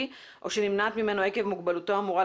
או שנמנעת ממנו עקב מוגבלותו האמורה,